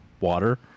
water